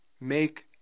make